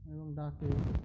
এবং ডাকে